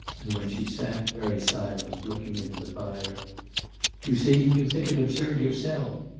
and when she sat, very silent, looking into the fire you see, you think it absurd yourself.